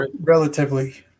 Relatively